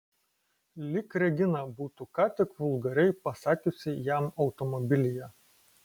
lyg regina būtų ką tik vulgariai pasakiusi jam automobilyje